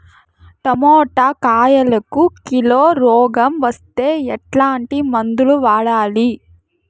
Tomato కాయలకు కిలో రోగం వస్తే ఎట్లాంటి మందులు వాడాలి?